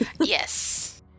Yes